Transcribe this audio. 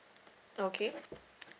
okay